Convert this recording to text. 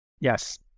Yes